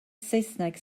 saesneg